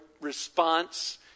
response